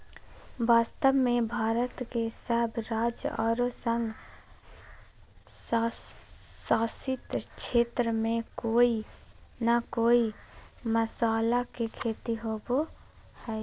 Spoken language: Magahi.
वास्तव में भारत के सब राज्य आरो संघ शासित क्षेत्र में कोय न कोय मसाला के खेती होवअ हई